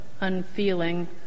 unfeeling